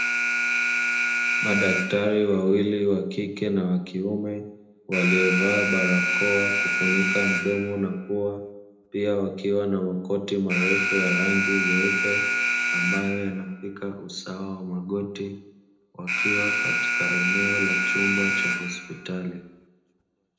Madaktari wawili wa kike na wa kiume, walio vaa barakoa kufunika midomo na pua, pia wakiwa na makoti marefu ya rangi nyeupe ambayo yanafika usawa wa magoti, wakiwa katika eneo la chumba cha hospitali.